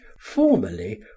Formerly